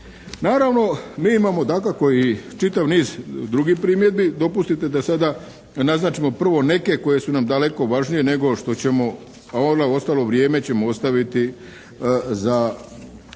Naravno, mi imamo dakako i čitav niz drugih primjedbi. Dopustite da sada naznačimo prvo neke koje su nam daleko važnije nego što ćemo, a ono ostalo vrijeme ćemo ostaviti za